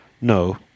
no